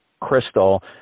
Crystal